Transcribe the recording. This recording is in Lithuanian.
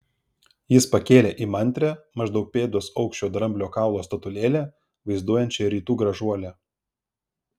jis pakėlė įmantrią maždaug pėdos aukščio dramblio kaulo statulėlę vaizduojančią rytų gražuolę